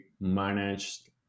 managed